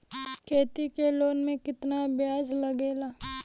खेती के लोन में कितना ब्याज लगेला?